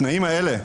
בתנאים האלה,